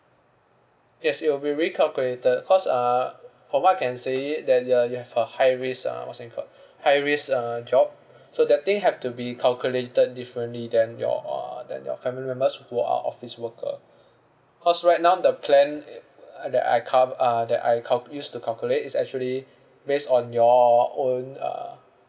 yes it will be recalculated cause uh for what I can say it that the you have a high risk uh what's the thing called high risk uh job so the thing have to be calculated differently than your uh than your family members who are office worker cause right now the plan that I cov~ uh that I calc~ used to calculate is actually based on your own uh